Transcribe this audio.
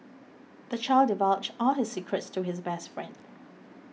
the child divulged all his secrets to his best friend